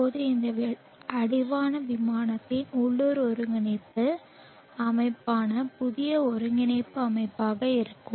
இப்போது இந்த அடிவான விமானத்தில் உள்ளூர் ஒருங்கிணைப்பு ஒருங்கிணைப்பு அமைப்பான புதிய ஒருங்கிணைப்பு அமைப்பாக இருக்கும்